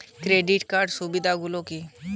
Credit কার্ডের সুবিধা গুলো কি?